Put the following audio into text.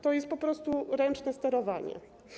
To jest po prostu ręczne sterowanie.